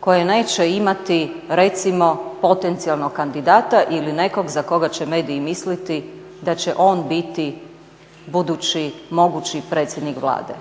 koje neće imati recimo potencijalnog kandidata ili nekog za koga će mediji misliti da će on biti budući, mogući predsjednik Vlade?